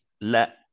let